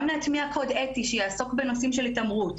גם להטמיע קוד אתי שיעסוק בנושאים של התעמרות,